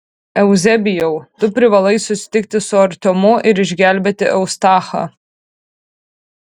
euzebijau tu privalai susitikti su artiomu ir išgelbėti eustachą